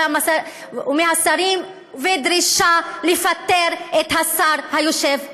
ומהשרים ודרישה לפטר את השר היושב כאן,